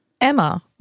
Emma